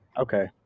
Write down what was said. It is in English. Okay